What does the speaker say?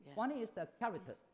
one is the characters.